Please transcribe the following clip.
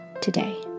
today